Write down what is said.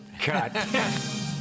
cut